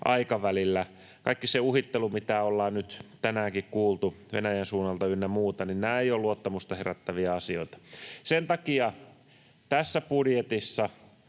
aikavälillä. Kaikki se uhittelu, mitä ollaan nyt tänäänkin kuultu Venäjän suunnalta, ynnä muuta — nämä eivät ole luottamusta herättäviä asioita. Sen takia tässä budjetissa